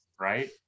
Right